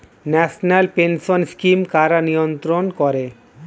National pension scheme কারা নিয়ন্ত্রণ করে?